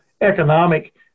economic